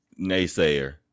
naysayer